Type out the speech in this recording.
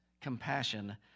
compassion